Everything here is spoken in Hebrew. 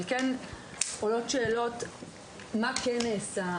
אבל כן עולות שאלות מה כן נעשה,